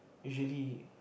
usually